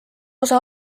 osa